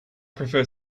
prefer